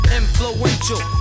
influential